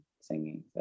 singing